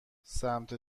سمت